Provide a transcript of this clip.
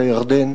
את הירדן,